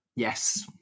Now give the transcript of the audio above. Yes